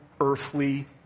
earthly